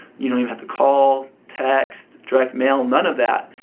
you don't even have to call, text, direct mail, none of that.